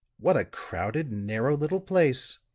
what a crowded, narrow little place,